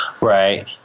Right